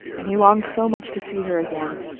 and he longed so much to see her again,